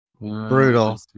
Brutal